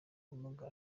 ubumuga